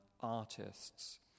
artists